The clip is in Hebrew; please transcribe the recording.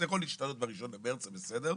זה יכול להשתנות ב-1 במרץ וזה בסדר.